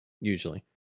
usually